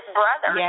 brother